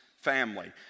family